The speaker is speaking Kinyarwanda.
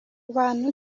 ubana